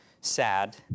sad